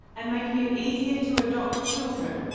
and making it easier to adopt children.